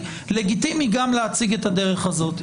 לגיטימי גם להציג את הדרך הזאת.